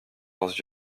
leurs